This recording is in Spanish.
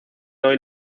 hoy